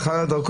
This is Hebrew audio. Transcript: אז בכלל לדרכון?